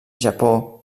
japó